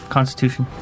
Constitution